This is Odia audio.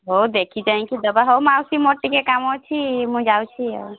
ହେଉ ଦେଖି ଚାହିଁକି ଦେବା ହେଉ ମାଉସୀ ମୋର ଟିକେ କାମ ଅଛି ମୁଁ ଯାଉଛି ଆଉ